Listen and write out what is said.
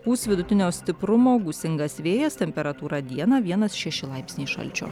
pūs vidutinio stiprumo gūsingas vėjas temperatūra dieną vienas šeši laipsniai šalčio